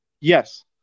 Yes